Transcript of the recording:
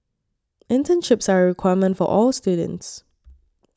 internships are a requirement for all students